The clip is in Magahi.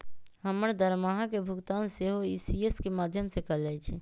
हमर दरमाहा के भुगतान सेहो इ.सी.एस के माध्यमें से कएल जाइ छइ